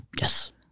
Yes